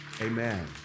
Amen